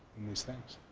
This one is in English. these things.